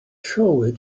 showed